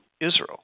Israel